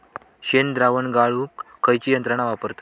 शेणद्रावण गाळूक खयची यंत्रणा वापरतत?